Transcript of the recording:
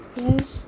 yes